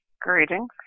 Greetings